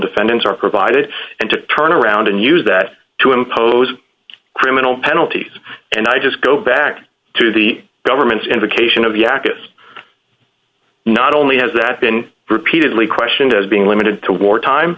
defendants are provided and to turn around and use that to impose criminal penalties and i just go back to the government's invocation of aeacus not only has that been repeatedly questioned as being limited to war time